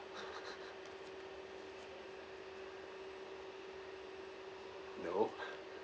no